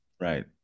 Right